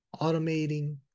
automating